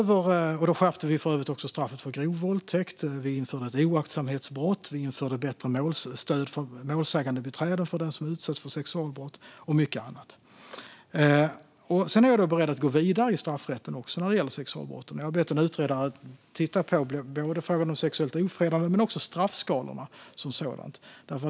Vi skärpte också straffet för grov våldtäkt, vi införde ett oaktsamhetsbrott, vi införde bättre stöd i form av målsägandebiträden för den som utsatts för sexualbrott och mycket annat. Sedan är jag beredd att gå vidare i straffrätten när det gäller sexualbrotten. Jag har bett en utredare att titta på frågan om sexuellt ofredande och straffskalorna som sådana.